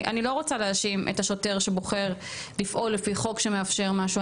אני לא רוצה להאשים את השוטר שבוחר לפעול לפי חוק שמאפשר משהו.